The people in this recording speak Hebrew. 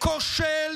חמש,